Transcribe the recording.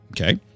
Okay